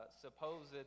supposed